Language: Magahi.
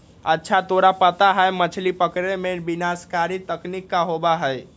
अच्छा तोरा पता है मछ्ली पकड़े में विनाशकारी तकनीक का होबा हई?